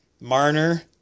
Marner